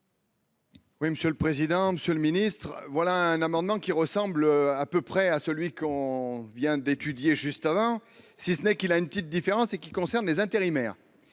Oui, monsieur le président, Monsieur le Ministre, voilà un amendement qui ressemblent à peu près à celui qu'on vient d'étudier juste avant, si ce n'est qu'il a une petite différence et qui concerne les intérimaires